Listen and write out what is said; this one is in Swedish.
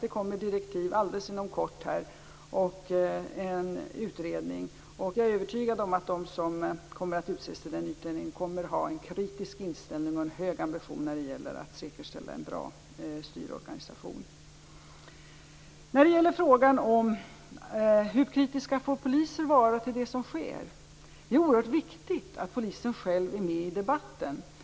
Det kommer direktiv inom kort, och en utredning skall tillsättas. Jag är övertygad om att de som utses till denna utredning kommer att ha en kritisk inställning och en hög ambition när det gäller att säkerställa en bra styrorganisation. Hur kritiska får poliser vara mot det som sker? Det är oerhört viktigt att polisen själv är med i debatten.